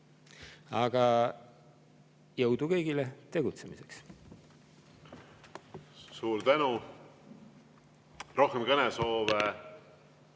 Aga jõudu kõigile tegutsemiseks! Suur tänu! Rohkem kõnesoove